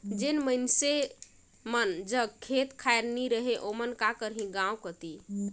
जेन मइनसे मन जग खेत खाएर नी रहें ओमन का करहीं गाँव कती